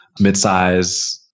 midsize